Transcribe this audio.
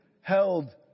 held